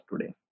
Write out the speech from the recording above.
today